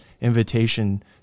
invitation